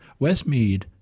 Westmead